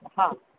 हा